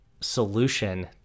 solution